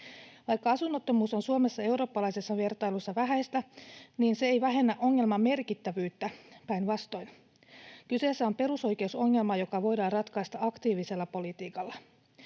Vaikka asunnottomuus on Suomessa eurooppalaisessa vertailussa vähäistä, se ei vähennä ongelman merkittävyyttä — päinvastoin. Kyseessä on perusoikeusongelma, joka voidaan ratkaista aktiivisella politiikalla.